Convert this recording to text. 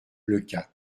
leucate